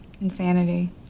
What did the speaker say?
insanity